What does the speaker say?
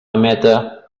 emeta